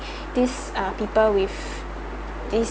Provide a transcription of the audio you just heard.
this uh people with this